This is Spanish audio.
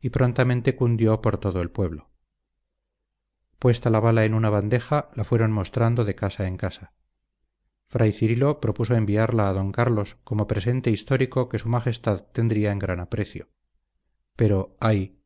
y prontamente cundió por todo el pueblo puesta la bala en una bandeja la fueron mostrando de casa en casa fray cirilo propuso enviarla a d carlos como presente histórico que su majestad tendría en gran aprecio pero ay